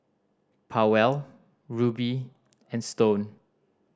Powell Ruby and Stone